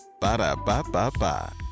Ba-da-ba-ba-ba